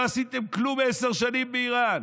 לא עשיתם כלום עשר שנים באיראן,